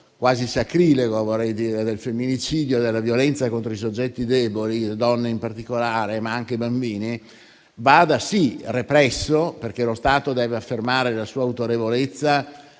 quasi sacrilego, vorrei dire, del femminicidio e della violenza contro i soggetti deboli, donne in particolare, ma anche i bambini, vada, sì, represso, perché lo Stato deve affermare la sua autorevolezza